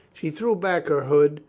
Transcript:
she threw back her hood,